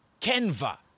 Canva